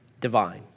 divine